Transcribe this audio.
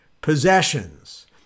possessions